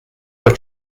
were